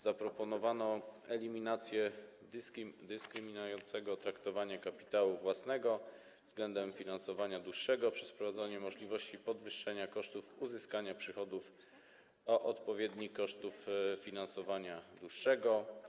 Zaproponowano eliminację dyskryminującego traktowania kapitału własnego względem finansowania dłużnego przez wprowadzanie możliwości podwyższenia kosztów uzyskania przychodów o odpowiednik kosztów finansowania dłużnego.